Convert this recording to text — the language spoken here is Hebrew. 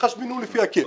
תתחשבנו לפי ה-קייפ.